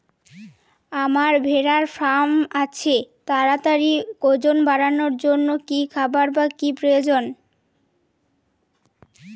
আমার ভেড়ার ফার্ম আছে তাদের তাড়াতাড়ি ওজন বাড়ানোর জন্য কী খাবার বা কী প্রয়োজন?